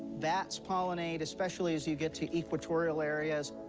bats pollinate especially as you get to equatorial areas.